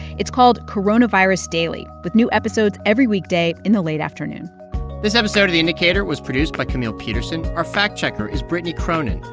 it's called coronavirus daily, with new episodes every weekday in the late afternoon this episode of the indicator was produced by camille petersen. our fact-checker is brittany cronin.